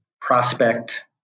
prospect